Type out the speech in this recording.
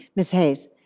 ms. hayes?